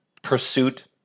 pursuit